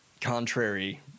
contrary